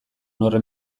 horren